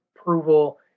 approval